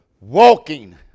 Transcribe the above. walking